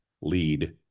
lead